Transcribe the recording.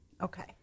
Okay